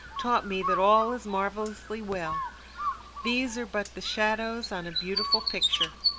taught me that all is marvellously well these are but the shadows on a beautiful picture.